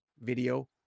video